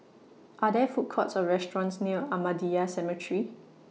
Are There Food Courts Or restaurants near Ahmadiyya Cemetery